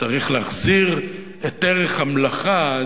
צריך להחזיר את ערך המלאכה,